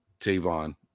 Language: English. Tavon